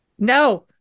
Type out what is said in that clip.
no